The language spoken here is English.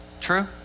True